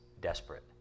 desperate